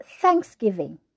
thanksgiving